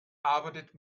arbeitet